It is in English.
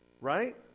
Right